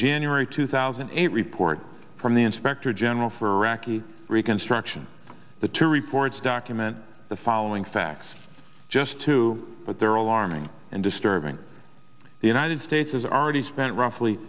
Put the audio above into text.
generate two thousand and eight report from the inspector general for raqi reconstruction the two reports document the following facts just too but there are alarming and disturbing the united states has already spent roughly